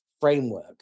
framework